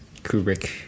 kubrick